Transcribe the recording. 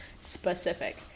specific